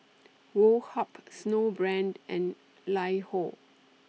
Woh Hup Snowbrand and LiHo